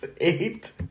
eight